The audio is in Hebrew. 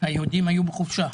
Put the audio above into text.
היהודים היו בחופשה.